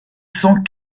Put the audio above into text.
cent